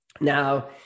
Now